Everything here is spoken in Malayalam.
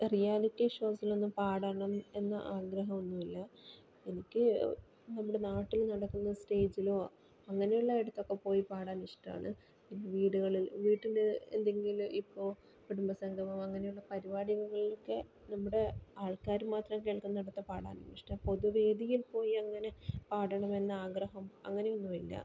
റിയാലിറ്റി ഷോസിലൊന്നും പാടാനും എന്ന് ആഗ്രഹം ഒന്നും ഇല്ല എനിക്ക് നമ്മടെ നാട്ടില് നടക്കുന്ന സ്റ്റേജിലോ അങ്ങനെ ഉള്ള ഇടത്തൊക്കെ പോയി പാടാൻ ഇഷ്ടാമാണ് പിന്നെ വീടുകളിൽ വീട്ടില് എന്തെങ്കില് ഇപ്പൊ കുടുംബസംഗമം അങ്ങനെയുള്ള പരിപാടികൾക്കൊക്കെ നമ്മടെ ആൾക്കാര് മാത്രം കേൾക്കുന്നിടത്ത് പാടാൻ ഇഷ്സ്മാണ് പൊതുവേദിയിൽ പോയി അങ്ങനെ പാടണമെന്നാഗ്രഹം അങ്ങനൊന്നുമില്ല